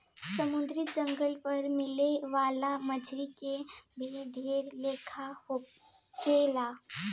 समुंद्री जगह पर मिले वाला मछली के भी ढेर लेखा के होले